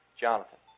Jonathan